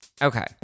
Okay